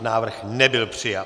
Návrh nebyl přijat.